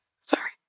Sorry